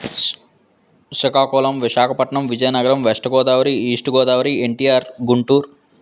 Srikakulam Visakhapatnam Vizianagaram west Godavari east Godavari NTR Guntur